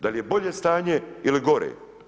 Da li je bolje stanje ili gore?